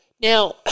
Now